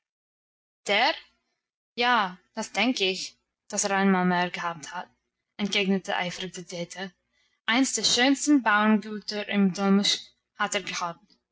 ja das denk ich dass er einmal mehr gehabt hat entgegnete eifrig die dete eins der schönsten bauerngüter im domleschg hat er gehabt